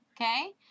Okay